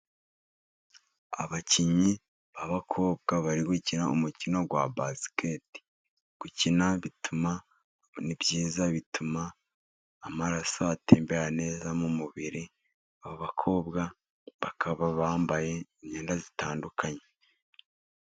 Abakinnyi b'abakobwa bari gukina umukino wa basikete, gukina bituma, ni byiza bituma amaraso atembera neza mu mubiri, aba bakobwa bakaba bambaye imyenda zitandukanye.